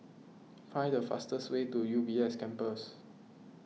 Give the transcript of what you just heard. find the fastest way to U B S Campus